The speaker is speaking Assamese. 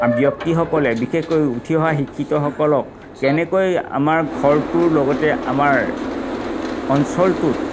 ব্যক্তিসকলে বিশেষকৈ উঠি অহা শিক্ষিতসকলক কেনেকৈ আমাৰ ঘৰটোৰ লগতে আমাৰ অঞ্চলটোত